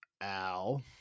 Al